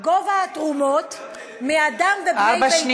גובה התרומות מאדם ובני ביתו,